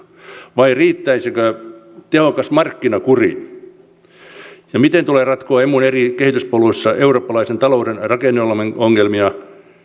vai riittäisikö tehokas markkinakuri ja miten tulee ratkoa emun eri kehityspoluissa eurooppalaisen talouden rakenneongelmia